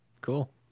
Cool